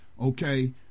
okay